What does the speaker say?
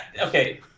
Okay